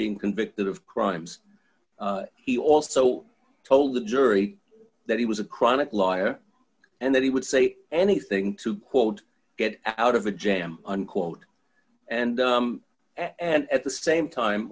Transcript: being convicted of crimes he also told the jury that he was a chronic liar and that he would say anything to quote get out of a jam unquote and and at the same time